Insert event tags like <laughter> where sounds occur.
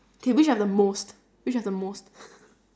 okay which are the most which have the most <laughs>